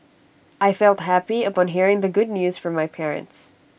I felt happy upon hearing the good news from my parents